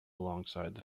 alongside